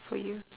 for you